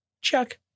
Chuck